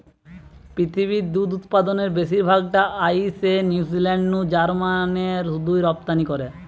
পৃথিবীর দুধ উতপাদনের বেশির ভাগ টা আইসে নিউজিলান্ড নু জার্মানে শুধুই রপ্তানি করে